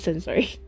Sorry